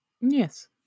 Yes